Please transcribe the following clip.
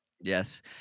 Yes